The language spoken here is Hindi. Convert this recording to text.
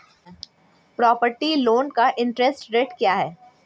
प्रॉपर्टी लोंन का इंट्रेस्ट रेट क्या है?